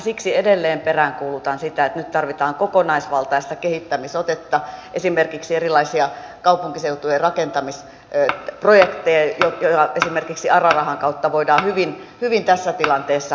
siksi edelleen peräänkuulutan sitä että nyt tarvitaan kokonaisvaltaista kehittämis otetta esimerkiksi erilaisia kaupunkiseutujen rakentamisprojekteja joita esimerkiksi ara rahan kautta voidaan hyvin tässä tilanteessa rahoittaa